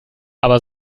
aber